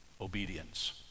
obedience